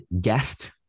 guest